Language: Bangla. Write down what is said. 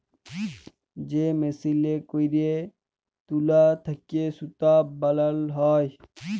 যে মেসিলে ক্যইরে তুলা থ্যাইকে সুতা বালাল হ্যয়